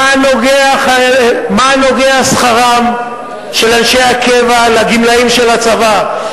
מה נוגע שכרם של אנשי הקבע לגמלאים של הצבא,